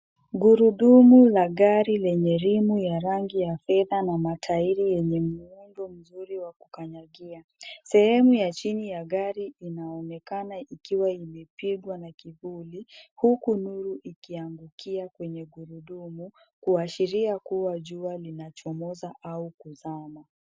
Gurudumu la gari lenye rimu ya rangi ya fedha na matairi yenye muundo mzuri wa kukanyagia. Sehemu ya chini ya gari inaonekana ikiwa imepigwa a kivuli, huku nuru ikiangukia kwenye gurudumu kuashiria kuwa jua linachomoza au kuzama.